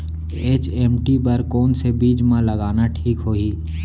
HMT बर कौन से बीज मा लगाना ठीक होही?